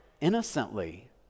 innocently